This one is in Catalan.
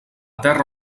terra